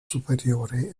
superiore